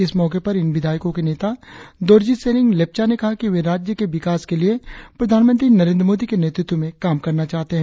इस मौके पर इन विधायकों के नेता दोरजी शेरिंग लेपचा ने कहा कि वे राज्य के विकास के लिए प्रधानमंत्री नरेंद्र मोदी के नेतृत्व में काम करना चाहते है